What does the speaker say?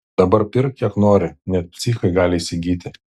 dabar pirk kiek nori net psichai gali įsigyti